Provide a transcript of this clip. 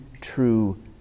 true